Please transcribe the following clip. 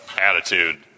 attitude